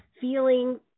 feeling